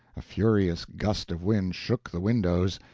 a furious gust of wind shook the windows,